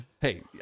hey